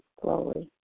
slowly